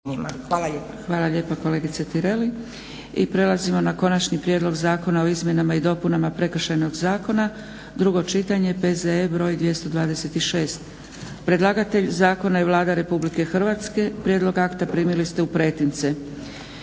**Zgrebec, Dragica (SDP)** I prelazimo na - Konačni prijedlog zakona o izmjenama i dopunama Prekršajnog zakona, drugo čitanje, P.Z.E. br. 226. Predlagatelj zakona je Vlada RH. Prijedlog akta primili ste u pretince.